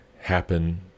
happen